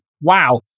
wow